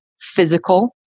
physical